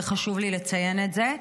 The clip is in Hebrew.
וחשוב לי לציין את זה,